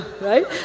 right